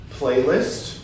playlist